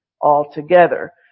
altogether